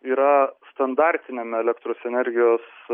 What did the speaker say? yra standartiniame elektros energijos